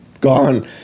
gone